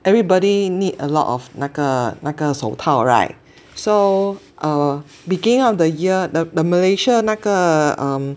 everybody need a lot of 那个那个手套 right so err beginning of the year the the Malaysia 那个 um